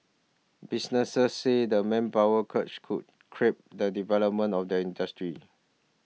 businesses said the manpower crunch could crimp the development of the industry